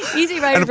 easy, right.